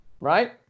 Right